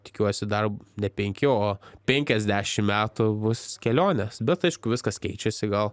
tikiuosi dar ne penki o penkiasdešim metų bus kelionės bet aišku viskas keičiasi gal